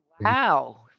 wow